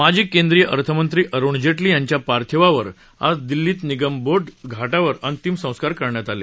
माजी केंद्रीय अर्थमंत्री अरुण जेटली यांच्या पार्थिवावर आज दिल्लीत निगमबोध घाटावर अंतिम संस्कार करण्यात आले